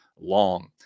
long